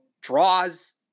draws